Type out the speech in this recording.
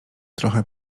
trochę